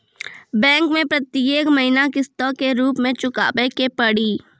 Bank मैं प्रेतियेक महीना किस्तो के रूप मे चुकाबै के पड़ी?